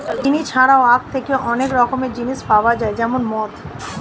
চিনি ছাড়াও আখ থেকে অনেক রকমের জিনিস পাওয়া যায় যেমন মদ